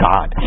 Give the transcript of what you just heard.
God